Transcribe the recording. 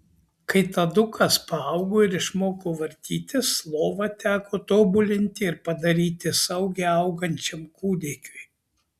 kai tadukas paaugo ir išmoko vartytis lovą teko tobulinti ir padaryti saugią augančiam kūdikiui